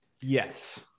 yes